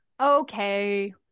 Okay